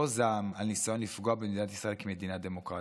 זעם על ניסיון לפגוע במדינת ישראל כמדינה דמוקרטית.